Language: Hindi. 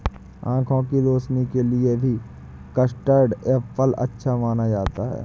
आँखों की रोशनी के लिए भी कस्टर्ड एप्पल अच्छा माना जाता है